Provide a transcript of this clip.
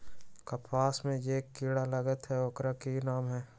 कपास में जे किरा लागत है ओकर कि नाम है?